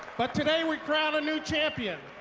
but today we crown a new champion.